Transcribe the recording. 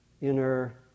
inner